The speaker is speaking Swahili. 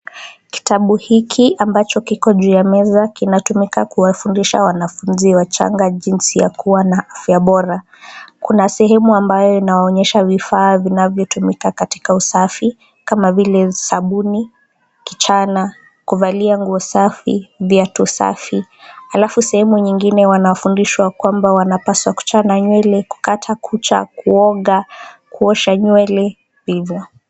Kitabu hiki ambacho kiko juu ya meza kinatumika kuwafundisha wanafunzi wachanga jinsi ya kuwa na afya bora, kuna sehemu ambayo inaonyesha vifaa ambavyo vinatumika katika usafi kama vile sabuni, kichana, kuvalia nguo safi, viatu safi. Alafu sehemu nyingine wanafundishwa kwamba wanapaswa kuchana nywele, kukata kucha, kuoga, kuosha nywele hivo.